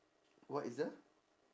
what is the